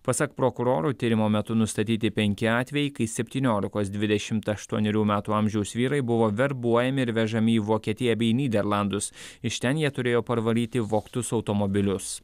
pasak prokurorų tyrimo metu nustatyti penki atvejai kai septyniolikos dvidešimt aštuonerių metų amžiaus vyrai buvo verbuojami ir vežami į vokietiją bei nyderlandus iš ten jie turėjo parvaryti vogtus automobilius